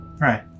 Right